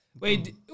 Wait